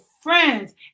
friends